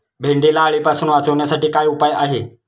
भेंडीला अळीपासून वाचवण्यासाठी काय उपाय आहे?